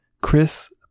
Chris